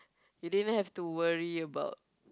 you didn't have to worry about